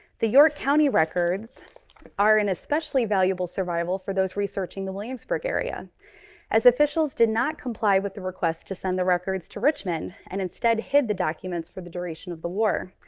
the york county records are an especially valuable survival for those researching the williamsburg area as officials did not comply with the request to send the records to richmond and instead hid the documents for the duration of the war.